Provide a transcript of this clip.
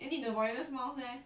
eh need the wireless mouse meh